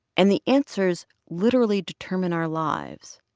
and the answers literally determine our lives,